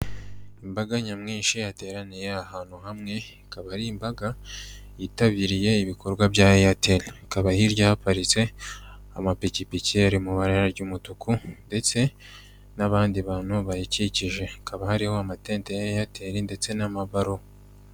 Imbaga nyamwinshi yateraniye ahantu hamwe, ikaba ari imbaga yitabiriye ibikorwa bya Airtel, hakaba hirya haparitse amapikipiki ari mu ibara ry'umutuku ndetse n'abandi bantu bayikikije, hakaba hariho amatente Airtel ndetse n'amabaro.